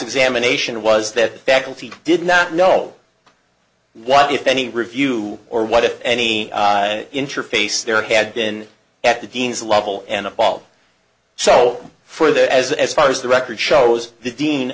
examination was that faculty did not know what if any review or what if any interface there had been at the dean's level and all so for that as as far as the record shows the dean